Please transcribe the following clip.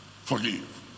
forgive